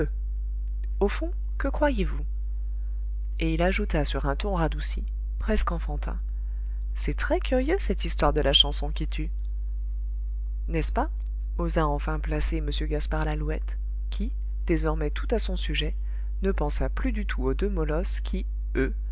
au fond que croyez-vous et il ajouta sur un ton radouci presque enfantin c'est très curieux cette histoire de la chanson qui tue n'est-ce pas osa enfin placer m gaspard lalouette qui désormais tout à son sujet ne pensa plus du tout aux deux molosses qui eux